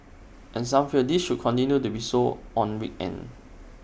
and some feel this should continue to be so on weekends